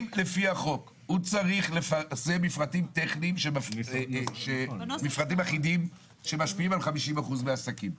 אם לפי החוק הוא צריך מפרטים אחידים שמשפיעים על 50% מהעסקים.